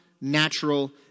natural